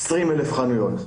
20 אלף חנויות.